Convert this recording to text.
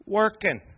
working